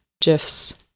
GIFs